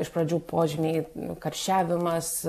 iš pradžių požymiai karščiavimas